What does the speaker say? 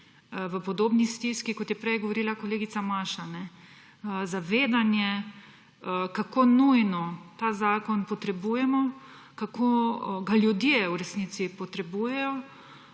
v podobni stiski, kot je prej govorila kolegica Maša. Zavedanje, kako nujno ta zakon potrebujemo, kako ga ljudje v resnici potrebujejo,